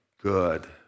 good